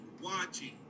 watching